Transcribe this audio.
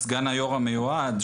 סגן היו"ר המיועד,